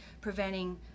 preventing